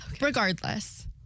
regardless